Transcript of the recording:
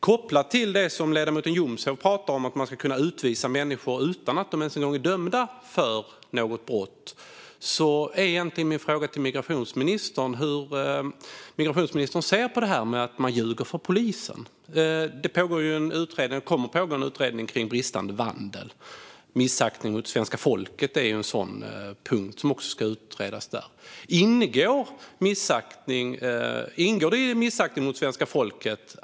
Kopplat till det som ledamoten Jomshof talar om när det gäller att kunna utvisa människor utan att de ens är dömda för något brott är min fråga till migrationsministern hur hon ser på att man ljuger för polisen. Det kommer att pågå en utredning om bristande vandel. Missaktning mot svenska folket är också en punkt som ska utredas. Ingår att ljuga för polisen i missaktning mot svenska folket?